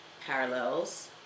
parallels